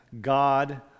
God